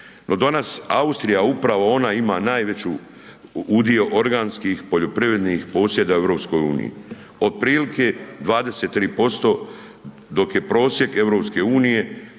no danas Austrija, upravo ona ima najveću udio organskih poljoprivrednih posjeda u EU-i, otprilike 23%, dok je prosjek EU-e prema